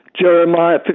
Jeremiah